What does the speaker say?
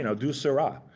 and do seurat.